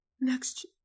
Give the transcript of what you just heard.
next